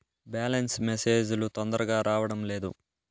Balance message లు తొందరగా రావడం లేదు?